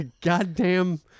goddamn